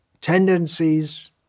tendencies